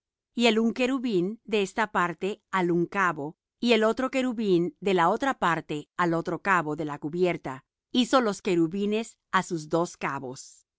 cubierta el un querubín de esta parte al un cabo y el otro querubín de la otra parte al otro cabo de la cubierta hizo los querubines á sus dos cabos y